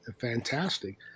fantastic